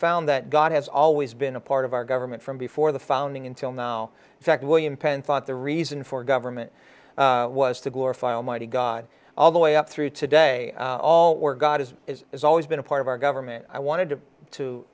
found that god has always been a part of our government from before the founding until now second william penn thought the reason for government was to glorify almighty god all the way up through today all or god is has always been a part of our government i wanted to to